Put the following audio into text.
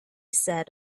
said